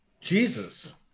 jesus